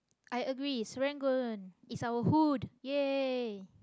i agree serangoon is our hood !yay!